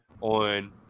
on